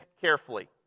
carefully